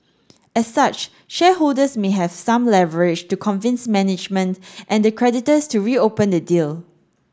as such shareholders may have some leverage to convince management and the creditors to reopen the deal